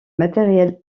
matériel